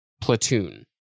Platoon